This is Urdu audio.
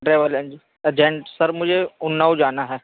ٹریول ایجنٹ سر مجھے اناؤ جانا ہے